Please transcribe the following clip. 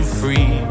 free